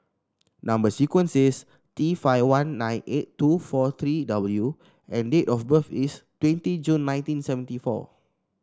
number sequence is T five one nine eight two four three W and date of birth is twenty June nineteen seventy four